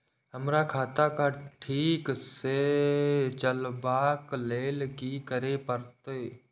हमरा खाता क ठीक स चलबाक लेल की करे परतै